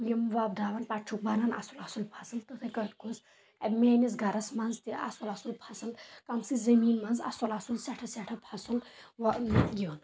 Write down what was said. یِم وۄپداوَن پَتہٕ چھُکھ بَنن اَصٕل اَصٕل فصٕل تِتھٕے کٲٹھۍ گوژھ میٲنِس گرس منٛز تہِ اَصٕل اَصٕل کمسٕے زمیٖنہِ منٛز اَصٕل اَصٕل سیٚٹھاہ سیٚٹھاہ فصٕل یُن